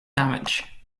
damage